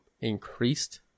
increased